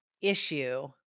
issue